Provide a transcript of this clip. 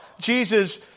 Jesus